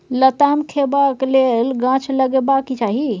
लताम खेबाक लेल गाछ लगेबाक चाही